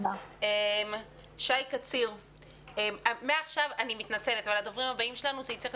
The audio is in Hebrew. אני מתנצלת אבל הדוברים הבאים יצטרכו